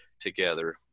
together